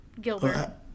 Gilbert